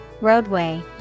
Roadway